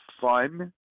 fun